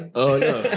oh no,